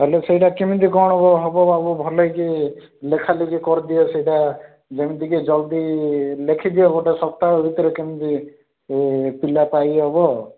ହେଲେ ସେଇଟା କେମିତି କଣ ହେବ ବାବୁ ଭଲ କି ଲେଖାଲେଖି କରିଦିଅ ସେଇଟା ଯେମିତିକି ଜଲ୍ଦି ଲେଖିଦିଅ ଗୋଟେ ସପ୍ତାହ ଭିତରେ କେମିତି ଏ ପିଲା ପାଇହେବ